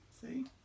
see